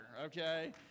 okay